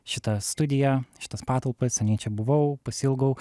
šitą studiją šitas patalpas seniai čia buvau pasiilgau